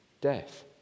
death